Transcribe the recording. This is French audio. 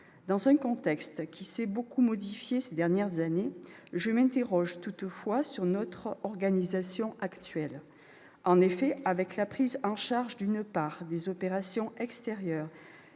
Dans un contexte qui s'est beaucoup modifié ces dernières années, je m'interroge toutefois sur notre organisation actuelle. En effet, avec la prise en charge, d'une part, des opérations extérieures